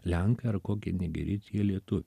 lenkai ar kokie negeri tie lietuviai